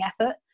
effort